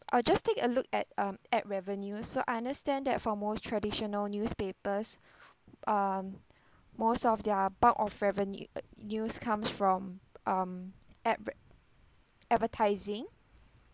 I will just take a look at um ad revenue so I understand that for most traditional newspapers um most of their bulk of revenue uh news comes from um advert advertising